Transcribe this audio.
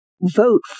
vote